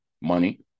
money